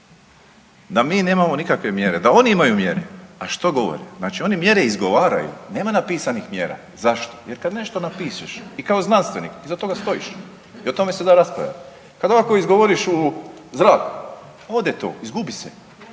Da mi nemamo nikakve mjere, da oni imaju mjere. A što govore? Znači oni mjere izgovaraju, nema napisanih mjera. Zašto? Jer kad nešto napišeš i kao znanstvenik iza toga stojiš. I o tome se da raspravljati. Kad ovako izgovoriš u zraku, ode to, izgubi se.